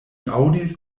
aŭdis